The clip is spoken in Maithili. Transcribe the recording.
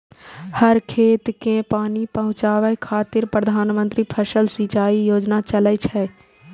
हर खेत कें पानि पहुंचाबै खातिर प्रधानमंत्री फसल सिंचाइ योजना चलै छै